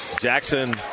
Jackson